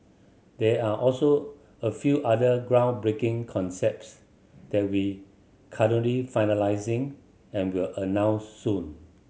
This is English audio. there are also a few other groundbreaking concepts that we currently finalising and will announce soon